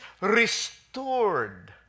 restored